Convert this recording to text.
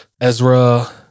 Ezra